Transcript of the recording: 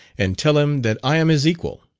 and tell him that i am his equal!